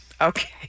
Okay